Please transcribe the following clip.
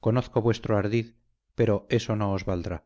conozco vuestro ardid pero eso no os valdrá